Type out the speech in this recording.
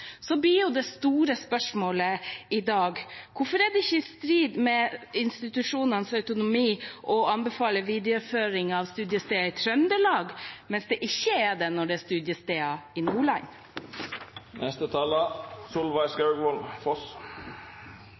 blir jo det store spørsmålet i dag: Hvorfor er det ikke i strid med institusjonenes autonomi å anbefale videreføring av studiesteder i Trøndelag, mens det er det når det gjelder studiesteder i